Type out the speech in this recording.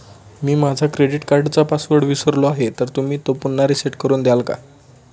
मी माझा क्रेडिट कार्डचा पासवर्ड विसरलो आहे तर तुम्ही तो पुन्हा रीसेट करून द्याल का?